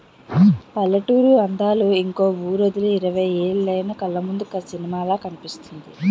పల్లెటూరి అందాలు ఇంక వూరొదిలి ఇరవై ఏలైన కళ్లముందు సినిమాలా కనిపిస్తుంది